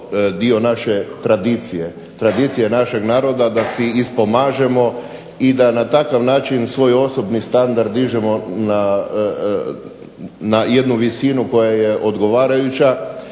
naše tradicije, tradicije našeg naroda da si pomažemo i da na takav način svoj osobni standard dižemo na jednu visinu koja je odgovarajuća